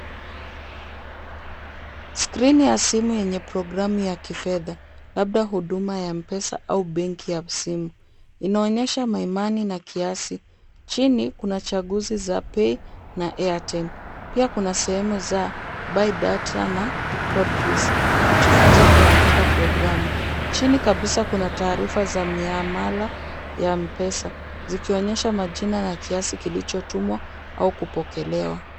Screen ya simu yenye programu ya kifedha, labda huduma ya Mpesa au benki ya simu inaonyesha maimani na kiasi, chini kuna chaguzi za "pay na airtel" pia kuna sehemu za buy data na codreads kujifunza kuandika programu, chini kabisa kuna taarifa za mia mala ya Mpesa zikionyesha majina na kiasi kilichotumwa au kupokelewa.